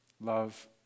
love